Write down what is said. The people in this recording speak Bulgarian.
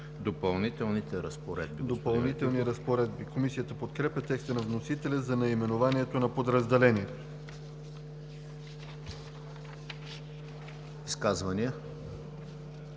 „Допълнителни разпоредби“ – Комисията подкрепя текста на вносителя за наименованието на подразделението.